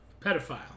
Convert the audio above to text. Pedophile